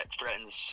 threatens